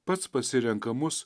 pats pasirenka mus